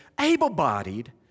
able-bodied